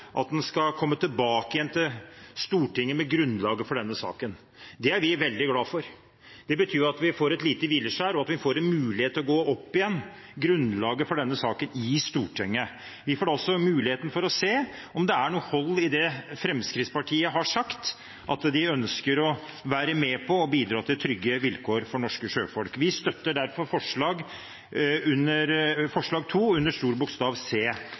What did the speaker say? at en skal komme tilbake igjen til Stortinget med grunnlaget for denne saken. Det er vi veldig glad for. Det betyr at vi får et lite hvileskjær, og at vi får en mulighet til å gå opp igjen grunnlaget for denne saken i Stortinget. Vi får da også muligheten til å se om det er noe hold i det Fremskrittspartiet har sagt, at de ønsker å være med på å bidra til trygge vilkår for norske sjøfolk. Vi støtter derfor II under